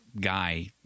guy